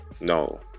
No